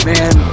Man